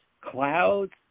clouds